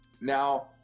Now